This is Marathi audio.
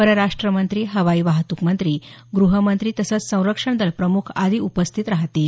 परराष्ट्रमंत्री हवाई वाहतुक मंत्री ग्रहमंत्री तसंच संरकृषण दल प्रमुख आदी उपस्थित राहतील